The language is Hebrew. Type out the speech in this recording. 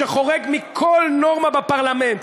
שחורג מכל נורמה מפרלמנט.